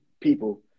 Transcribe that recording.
people